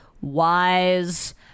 wise